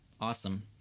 awesome